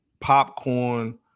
popcorn